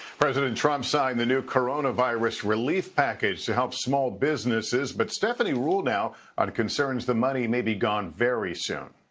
president trump signed the new coronavirus relief package to help small businesses but stephanie ruhle now on concerns the money may be gone very soon.